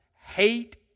hate